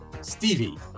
Stevie